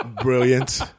brilliant